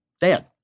dad